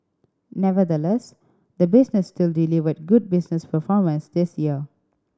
nevertheless the business still delivered good business performance this year